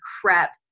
crap